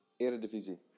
Eredivisie